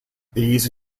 these